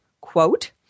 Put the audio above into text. quote